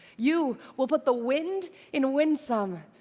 you will put the wind in win some,